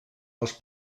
als